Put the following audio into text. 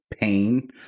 pain